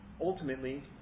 ultimately